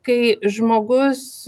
kai žmogus